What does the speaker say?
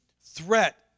threat